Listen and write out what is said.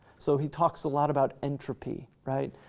so he talks a lot about entropy, right,